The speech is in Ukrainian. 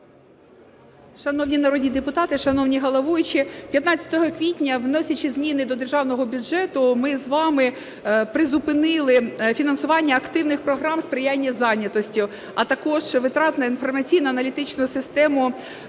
Шановні народні депутати, шановні головуючі! 15 квітня, вносячи зміни до Державного бюджету ми з вами призупинили фінансування активних програм сприяння зайнятості, а також витратної інформаційно-аналітичної системи